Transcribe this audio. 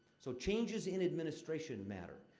so, changes in administration matter.